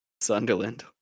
Sunderland